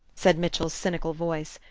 said mitchell's cynical voice,